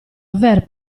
aver